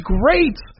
great